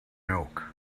milk